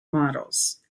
models